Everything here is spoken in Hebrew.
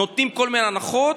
נותנים כל מיני הנחות,